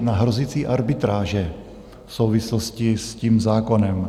Na hrozící arbitráže v souvislosti s tím zákonem.